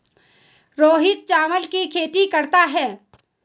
रोहित चावल की खेती करता है